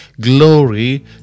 glory